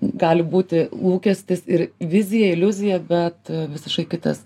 gali būti lūkestis ir vizija iliuzija bet visiškai kitas